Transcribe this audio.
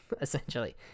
essentially